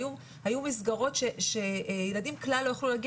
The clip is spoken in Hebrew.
היו מסגרות שילדים כלל לא יכלו להגיע.